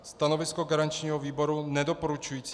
Stanovisko garančního výboru je nedoporučující.